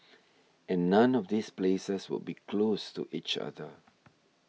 and none of these places would be close to each other